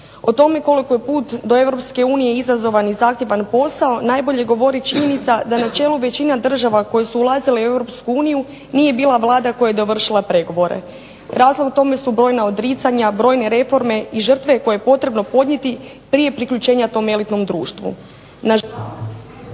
O tome koliko je put do EU izazovan i zahtjevan posao najbolje govori činjenica da na čelu većine država koje su ulazile u EU nije bila vlada koja je dovršila pregovore. Razlog tome su brojna odricanja, brojne reforme i žrtve koje je potrebno podnijeti prije priključenja tom elitnom društvu.